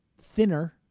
thinner